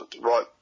right